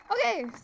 Okay